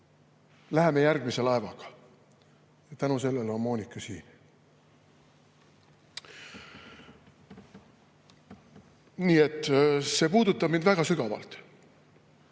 läheme järgmise laevaga. Tänu sellele on Moonika siin. Nii et see puudutab mind väga sügavalt. Ja